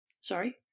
Sorry